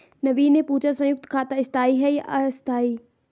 नवीन ने पूछा संयुक्त खाता स्थाई है या अस्थाई